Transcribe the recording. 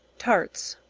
tarts.